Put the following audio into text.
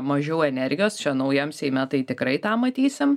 mažiau energijos čia naujam seime tai tikrai tą matysim